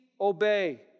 obey